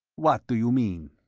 what do you mean?